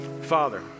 Father